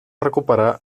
recuperar